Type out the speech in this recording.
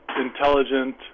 intelligent